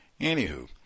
Anywho